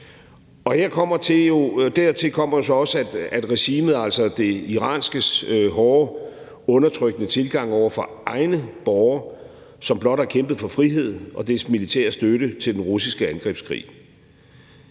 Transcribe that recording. i. Dertil kommer jo så også det iranske regimes hårde undertrykkende tilgang til egne borgere, som blot har kæmpet for frihed, og dets militære støtte til den russiske angrebskrig.